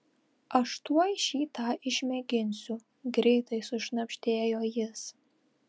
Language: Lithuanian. aš tuoj šį tą išmėginsiu greitai sušnabždėjo jis